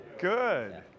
Good